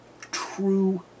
true